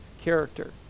character